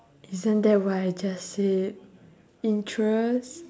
isn't that what I just said interest